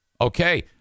okay